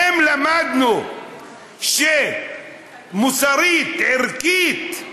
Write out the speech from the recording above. האם למדנו שמוסרית, ערכית,